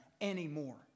anymore